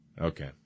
Okay